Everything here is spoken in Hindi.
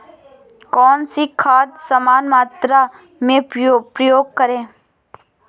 कौन सी खाद समान मात्रा में प्रयोग करें?